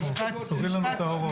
וסוגרים לנו את האורות.